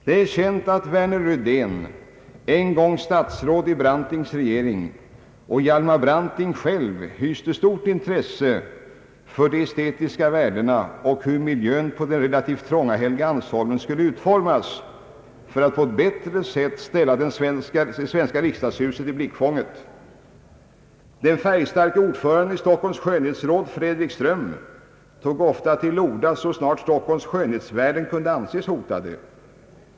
Det är känt att Hjalmar Branting och Värner Rydén hyste stort intresse för de estetiska värdena och för hur miljön på den relativt trånga Helgeandsholmen skulle utformas för att på ett bättre sätt ställa det svenska riksdagshuset i blickfånget. Den färgstarke ordföranden i Stockholms skönhetsråd, Fredrik Ström, tog ofta till orda då Stockholms skönhetsvärden kunde anses hotade.